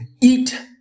Eat